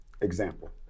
example